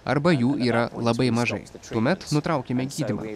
arba jų yra labai mažai tuomet nutraukiame gydymą